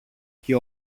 και